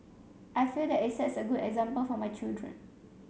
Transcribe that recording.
I feel that it sets a good example for my children